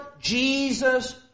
Jesus